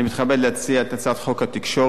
אני מתכבד להציע את הצעת חוק התקשורת